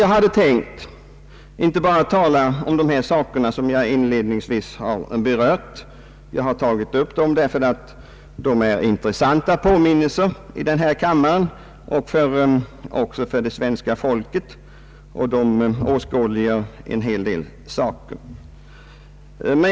Jag hade tänkt att inte bara ta upp de frågor som jag här inledningsvis har berört — jag har tagit upp dem därför att de är intressanta påminnelser i denna kammare liksom för svenska folket i gemen därför att det åskådliggör en hel del saker.